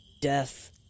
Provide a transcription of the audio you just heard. death